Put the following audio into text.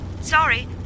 Sorry